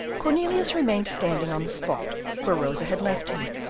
cornelius remained standing on the spot where rosa had left him.